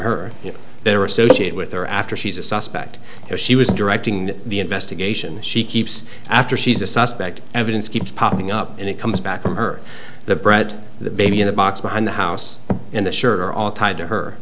they're associated with her after she's a suspect because she was directing the investigation she keeps after she's a suspect evidence keeps popping up and it comes back from her the bread the baby in the box behind the house in the sure are all tied to her